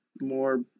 more